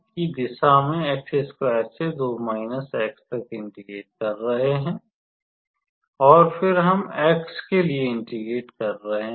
और y की दिशा में से तक इंटीग्रेट कर रहे हैं और फिर हम x के लिए इंटीग्रेट कर रहे हैं